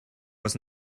was